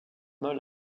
molle